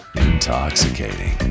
Intoxicating